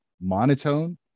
monotone